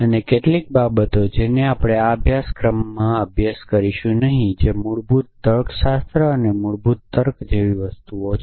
અને કેટલીક બાબતો જેનો આપણે આ અભ્યાસક્રમમાં અભ્યાસ કરીશું નહીં જે મૂળભૂત તર્કશાસ્ત્ર અને મૂળભૂત તર્ક જેવી વસ્તુઓ છે